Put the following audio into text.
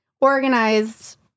organized